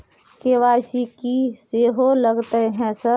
KYC की सेहो लगतै है सर?